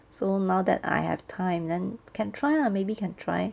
so now that I have time then can try lah maybe can try